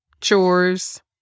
chores